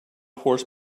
horse